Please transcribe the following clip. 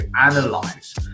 analyze